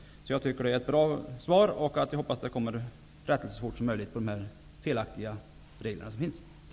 Jag tycker att det är ett bra svar, och jag hoppas att de felaktiga reglerna rättas till så fort som möjligt.